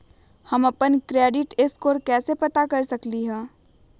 हम अपन credit score कैसे पता कर सकेली?